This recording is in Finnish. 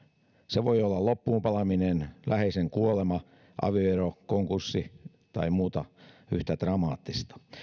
se voi olla loppuunpalaminen läheisen kuolema avioero konkurssi tai muuta yhtä dramaattista